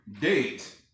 Date